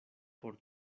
por